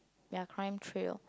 ya crime trail